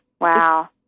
Wow